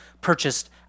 purchased